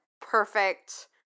perfect